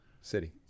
City